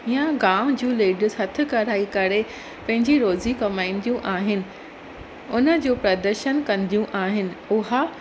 या गांव जूं लेडीज़ हथु कढ़ाई करे पंहिंजी रोज़ी कमाईंदियूं आहिनि उन जो प्रदर्शन कंदियूं आहिनि उहा